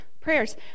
prayers